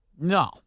No